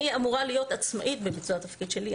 אני אמורה להיות עצמאית בביצוע התפקיד שלי,